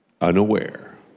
unaware